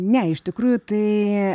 ne iš tikrųjų tai